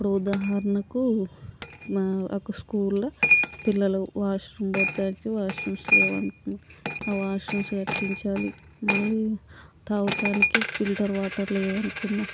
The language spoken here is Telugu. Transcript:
ఇప్పుడు ఉదాహరణకు మ ఒక స్కూల్లో పిల్లలు వాష్రూమ్ పోవడానికి వాష్రూమ్స్ లేవు అనుకో ఆ వాష్రూమ్స్ కట్టించాలి మళ్ళీ తాగడానికి ఫిల్టర్ వాటర్ లేవని అనుకుందాము